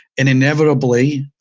and inevitably,